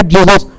Jesus